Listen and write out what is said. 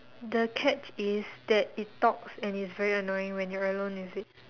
the catch is that it talks and is very annoying when you're alone with it